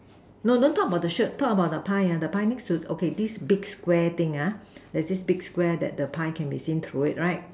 no don't talk about the shirt talk about the pie the pie okay this big Square thing there's this big Square that the pie can be seen through it right